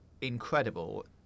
incredible